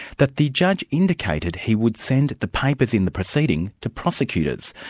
that the judge indicated he would send the papers in the proceeding to prosecutors,